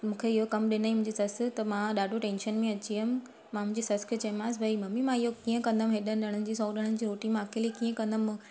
मूंखे इहो कमु ॾिनई मुंहिंजी ससु त मां ॾाढो टेंशन में अची वियमि मां मुंहिंजी सस खे चयोमांसि भई मम्मी मां इहो कीअं कंदमि हेॾनि ॼणनि जी सौ ॼणनि जी रोटी मां अकेली कीअं कंदमि